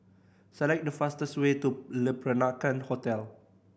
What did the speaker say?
select the fastest way to Le Peranakan Hotel